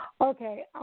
Okay